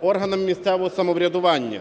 органам місцевого самоврядування.